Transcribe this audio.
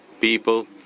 people